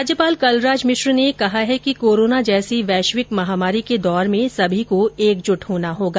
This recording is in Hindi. राज्यपाल कलराज मिश्र ने कहा है कि कोरोना जैसी वैश्विक महामारी के दौर में सभी को एकजुट होना होगा